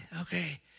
Okay